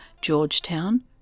Georgetown